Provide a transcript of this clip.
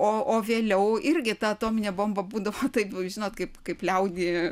o o vėliau irgi ta atominė bomba būdavo taip žinot kaip kaip liaudy